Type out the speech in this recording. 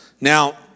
Now